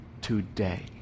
today